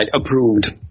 approved